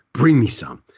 bring me some.